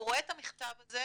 הוא רואה את המכתב הזה,